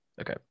Okay